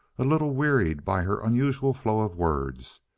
a little wearied by her unusual flow of words.